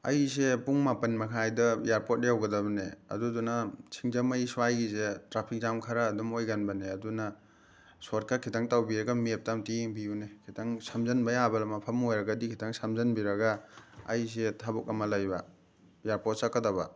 ꯑꯩꯁꯦ ꯄꯨꯡ ꯃꯥꯄꯟ ꯃꯈꯥꯏꯗ ꯏꯌꯥꯔꯄꯣꯠ ꯌꯧꯒꯗꯕꯅꯦ ꯑꯗꯨꯗꯨꯅ ꯁꯤꯡꯖꯃꯩ ꯁ꯭ꯋꯥꯏꯒꯤꯁꯦ ꯇ꯭ꯔꯥꯐꯤꯛ ꯖꯥꯝ ꯈꯔ ꯑꯗꯨꯝ ꯑꯣꯏꯒꯟꯕꯅꯦ ꯑꯗꯨꯅ ꯁꯣꯔꯠ ꯀꯠ ꯈꯤꯇꯪ ꯇꯧꯕꯤꯔꯒ ꯃꯦꯞꯇ ꯑꯝꯇ ꯌꯦꯡꯕꯤꯌꯨꯅꯦ ꯈꯤꯇꯪ ꯁꯝꯖꯟꯕ ꯌꯥꯕ ꯃꯐꯝ ꯑꯣꯏꯔꯒꯗꯤ ꯈꯤꯇꯪ ꯁꯝꯖꯟꯕꯤꯔꯒ ꯑꯩꯁꯦ ꯊꯕꯛ ꯑꯃ ꯂꯩꯕ ꯏꯌꯥꯔꯄꯣꯠ ꯆꯠꯀꯗꯕ